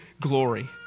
glory